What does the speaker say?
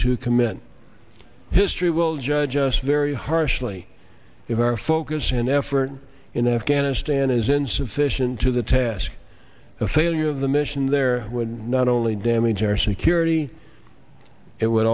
to commit history will judge us very harshly if our focus and effort in afghanistan is insufficient to the task a failure of the mission there would not only damage our security it would